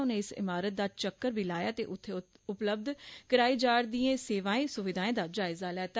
उन्ने इस इमारत दा चक्कर बी लाया ते उत्थे उपलब्ध कराई जा रदियें सेवाएं सुविधाएं दा जायजा लैता